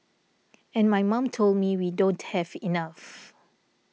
and my mom told me we don't have enough